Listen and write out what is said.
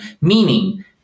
meaning